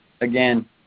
again